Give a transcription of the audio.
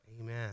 Amen